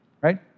right